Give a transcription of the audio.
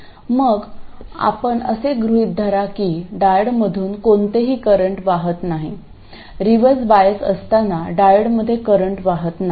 मग आपण असे गृहीत धरा की डायोडमधून कोणतेही करंट वाहत नाही रिव्हर्स बायस असताना डायओडमध्ये करंट वाहत नाही